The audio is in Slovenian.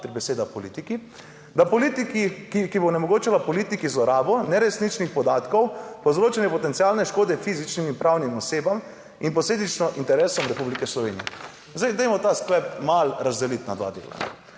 da politiki, ki bo omogočala politiki zlorabo neresničnih podatkov, povzročanje potencialne škode fizičnim in pravnim osebam in posledično interesom Republike Slovenije. Zdaj, dajmo ta sklep malo razdeliti na dva dela.